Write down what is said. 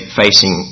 facing